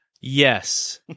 Yes